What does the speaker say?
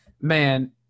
man